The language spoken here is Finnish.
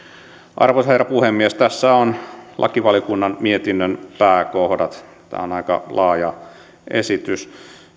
arvoisa herra puhemies tässä on lakivaliokunnan mietinnön pääkohdat tämä on aika laaja esitys